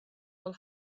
will